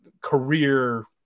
career